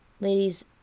Ladies